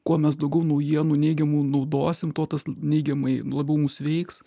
kuo mes daugiau naujienų neigiamų naudosim tuo tas neigiamai labiau mus veiks